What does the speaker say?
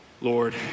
Lord